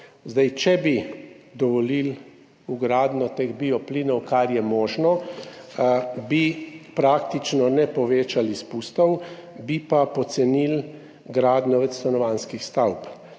Če bi dovolili vgradnjo teh bioplinov, kar je možno, praktično ne bi povečali izpustov, bi pa pocenili gradnjo večstanovanjskih stavb.